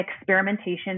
experimentation